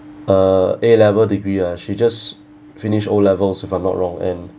a A level degree ah she just finished O levels if I'm not wrong and